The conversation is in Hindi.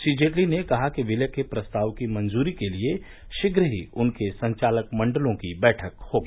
श्री जेटली ने कहा कि विलय के प्रस्ताव की मंजूरी के लिए शीघ्र ही उनके संचालक मंडलों की बैठक होगी